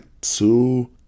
two